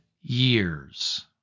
years